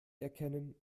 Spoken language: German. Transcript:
erkennen